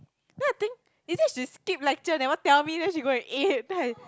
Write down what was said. then I think is it she skip lecture never tell me then she go and eat then I